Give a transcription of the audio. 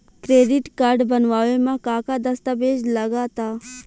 Credit card बनवावे म का का दस्तावेज लगा ता?